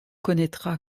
connaîtra